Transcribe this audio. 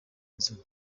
nzu